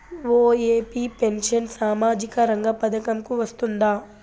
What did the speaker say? OAP pension సామాజిక రంగ పథకం కు వస్తుందా?